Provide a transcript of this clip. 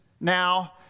now